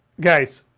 guys,